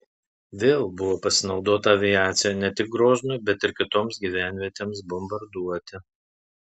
vėl buvo pasinaudota aviacija ne tik groznui bet ir kitoms gyvenvietėms bombarduoti